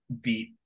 beat